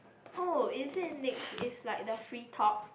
oh is it next is like the free talk